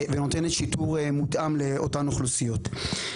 ונותנת שיטור מותאם לאותן אוכלוסיות.